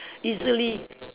easily